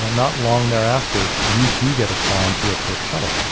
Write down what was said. ah not long thereafter, you do get assigned to your first shuttle.